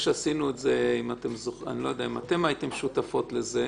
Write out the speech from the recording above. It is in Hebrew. אני לא יודע אם הייתן שותפות לזה,